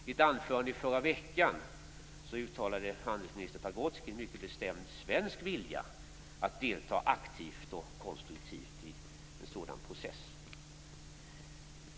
I ett anförande i förra veckan uttalade handelsminister Pagrotsky en mycket bestämd svensk vilja att delta aktivt och konstruktivt i en sådan process.